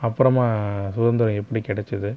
அப்புறமா சுகந்திரம் எப்படி கிடைச்சுது